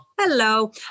Hello